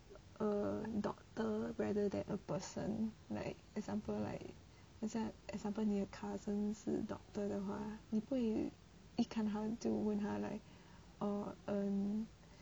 a doctor rather than a person like example like 很像 example 你的 cousin 是 doctor 的话你不会一看他就问他 like orh err